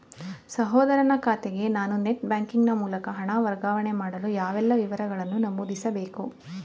ಸಹೋದರನ ಖಾತೆಗೆ ನಾನು ನೆಟ್ ಬ್ಯಾಂಕಿನ ಮೂಲಕ ಹಣ ವರ್ಗಾವಣೆ ಮಾಡಲು ಯಾವೆಲ್ಲ ವಿವರಗಳನ್ನು ನಮೂದಿಸಬೇಕು?